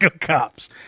cops